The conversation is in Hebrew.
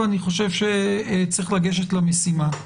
ואני חושב שיש לגשת למשימה.